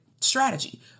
strategy